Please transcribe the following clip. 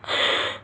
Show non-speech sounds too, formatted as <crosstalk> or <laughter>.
<laughs>